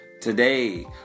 Today